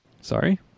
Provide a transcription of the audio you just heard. Sorry